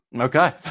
okay